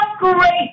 great